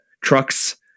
trucks